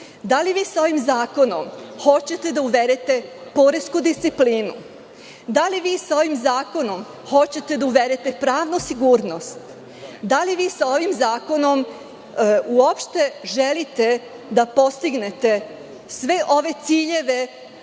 Da li vi sa ovim zakonom hoćete da uvedete poresku disciplinu? Da li vi sa ovim zakonom hoćete da uvedete pravnu sigurnost? Da li vi sa ovim zakonom uopšte želite da postignete sve ove ciljeve,